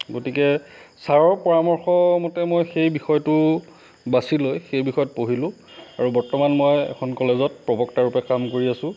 গতিকে ছাৰৰ পৰামৰ্শমতে মই সেই বিষয়টো বাছি লৈ সেই বিষয়ত পঢ়িলোঁ আৰু বৰ্তমান মই এখন কলেজত প্ৰবক্তা ৰূপে কাম কৰি আছোঁ